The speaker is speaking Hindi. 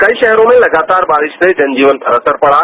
कई शहरों में लगातार बारिश से जनजीवन पर असर पड़ा